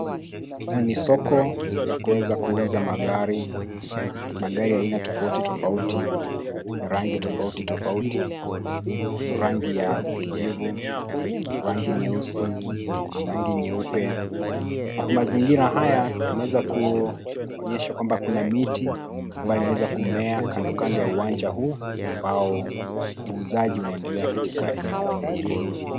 Ni soko ya kuweza kuuza magari, magari ya aina tofauti tofauti, ya rangi tofauti tofauti, rangi ya kijivu, rangi nyeusi, rangi nyeupe. Mazingira haya yanaweza kuonyeshwa kwamba kuna miti ambayo imeweza kumea kando kando ya uwanja huu, ambao uuzaji unaendelea katika eneo hili.